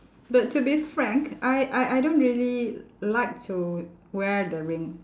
but to be frank I I I don't really like to wear the ring